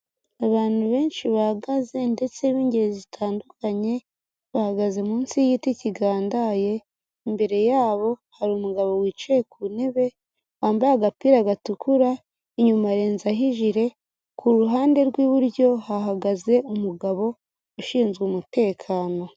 Abantu benshi bahagaze ndetse b'ingeri zitandukanye, bahagaze munsi y'igiti kigandaye, imbere yabo hari umugabo wicaye ku ntebe wambaye agapira gatukura, inyuma arenzaho ijire, kuruhande rw'iburyo, hahagaze umugabo ushinzwe umutekano.